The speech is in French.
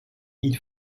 ils